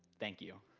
thank you.